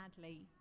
sadly